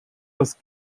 das